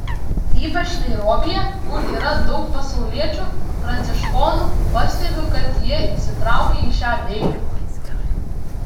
ypač nairobyje kur yra daug pasauliečių pranciškonų pastebiu kad jie įsitraukę į šią veiklą